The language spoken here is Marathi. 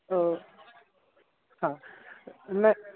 हां नाही